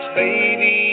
baby